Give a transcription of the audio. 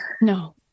No